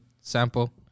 sample